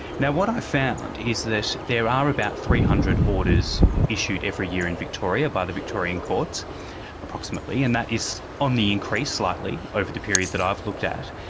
yeah what i found is that there are about three hundred orders issued every year in victoria by the victorian courts approximately, and that is on the increase slightly over the period that i've looked at.